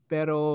Pero